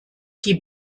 die